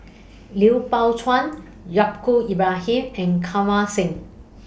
Liu Pao Chuen Yaacob Ibrahim and Kirpal Singh